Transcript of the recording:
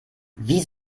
wie